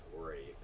worry